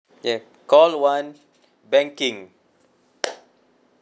yeah call one banking